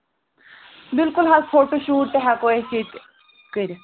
بِلکُل حظ photo shoot تہِ ہٮ۪کو أسۍ ییٚتہِ کٔرِتھ